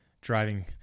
driving